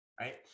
right